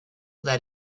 that